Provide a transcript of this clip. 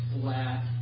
flat